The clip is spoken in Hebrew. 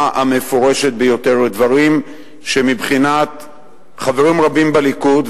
המפורשת ביותר דברים שמבחינת חברים רבים בליכוד,